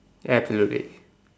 absolutely